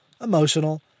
emotional